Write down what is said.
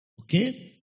Okay